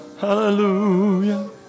Hallelujah